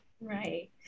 Right